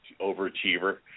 overachiever